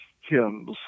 hymns